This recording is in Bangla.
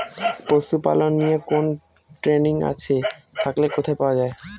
পশুপালন নিয়ে কোন ট্রেনিং আছে থাকলে কোথায় পাওয়া য়ায়?